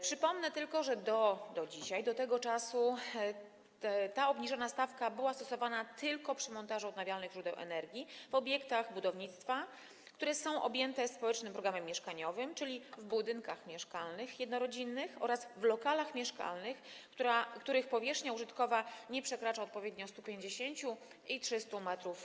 Przypomnę tylko, że do dzisiaj, do tego czasu, ta obniżona stawka była stosowana tylko przy montażu odnawialnych źródeł energii w obiektach budownictwa, które są objęte społecznym programem mieszkaniowym, czyli w budynkach mieszkalnych jednorodzinnych oraz w lokalach mieszkalnych, których powierzchnia użytkowa nie przekracza odpowiednio 150 m2 i 300 m2.